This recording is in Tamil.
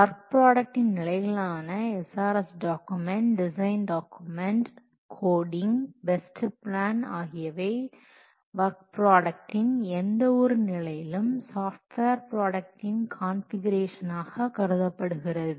ஒர்க் ப்ராடக்டின் நிலைகளான SRS document design document coding test plan ஆகியவை ஒர்க் ப்ராடக்ட் இன் எந்த ஒரு நிலையிலும் சாஃப்ட்வேர் ப்ராடக்டின் கான்ஃபிகுரேஷனாக கருதப்படுகிறது